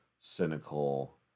cynical